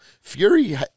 Fury